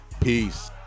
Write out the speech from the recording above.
Peace